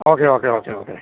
okay okay okay okay